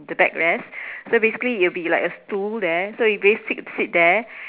the backrest so basically it'll be like a stool there so you basically sit there